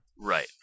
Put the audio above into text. Right